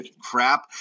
crap